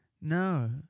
no